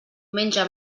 menja